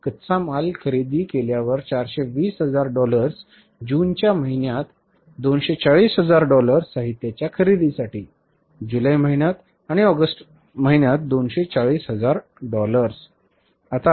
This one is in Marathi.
कच्चा माल खरेदी केल्यावर 420 हजार डॉलर्स जूनच्या महिन्यात 240 हजार डॉलर्स साहित्याच्या खरेदीसाठी जुलै महिन्यात आणि ऑगस्ट महिन्यात 240 हजार डॉलर्स योग्य